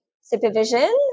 supervision